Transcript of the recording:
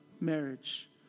marriage